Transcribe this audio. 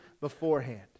beforehand